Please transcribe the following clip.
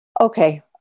okay